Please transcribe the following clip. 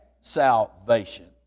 salvation